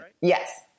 Yes